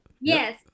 Yes